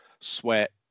Sweat